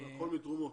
הכול מתרומות?